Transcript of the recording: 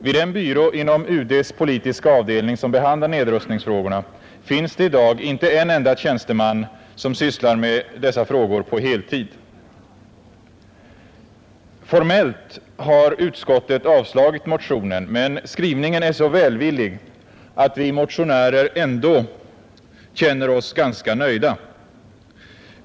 Vid den byrå inom UD:s politiska avdelning som behandlar nedrustningsfrågorna finns det i dag inte en enda tjänsteman som sysslar med dessa frågor på heltid. Formellt har utskottet avstyrkt motionen, men skrivningen är så välvillig att vi motionärer ändå känner oss ganska nöjda.